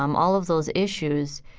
um all of those issues,